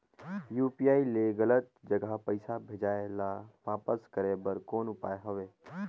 UPI ले गलत जगह पईसा भेजाय ल वापस करे बर कौन उपाय हवय?